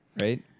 right